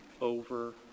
over